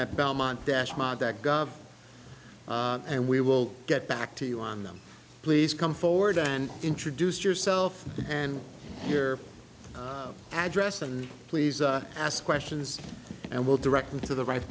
selectmen at belmont dash and we will get back to you on them please come forward and introduce yourself and your address and please ask questions and we'll directly to the right